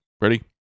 Ready